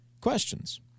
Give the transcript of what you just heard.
questions